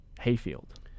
hayfield